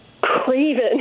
craven